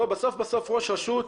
בסוף בסוף ראש רשות,